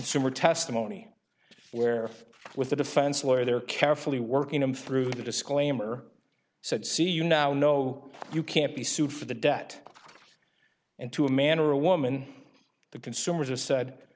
similar testimony where with the defense lawyer they're carefully working and through the disclaimer see you know no you can't be sued for the debt and to a man or a woman the consumer just said